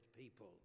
people